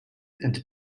and